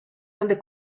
donde